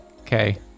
Okay